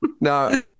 No